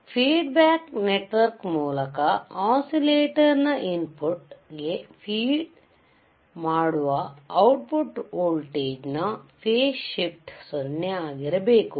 feed back network ಮೂಲಕ oscillator ನ input ಗೆ ಫೀಡ್ ಮಾಡುವ ಔಟ್ ಪುಟ್ ವೋಲ್ಟೇಜ್ ನ ಫೇಸ್ ಶಿಫ್ಟ್ 00 ಆಗಿರಬೇಕು